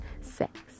sex